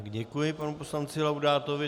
Děkuji panu poslanci Laudátovi.